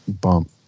bump